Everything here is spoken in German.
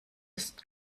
ist